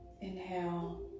Inhale